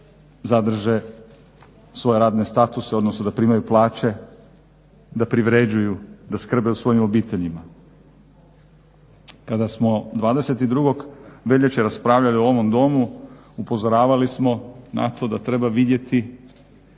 zadrže svoje radne statuse, odnosno da primaju plaće, da privređuju, da skrbe o svojim obiteljima. Kada smo 22. veljače raspravljali u ovom Domu upozoravali smo na to da treba vidjeti